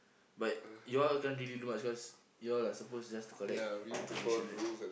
but you all can't really do much because you all are supposed just to collect in~ information right